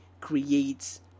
creates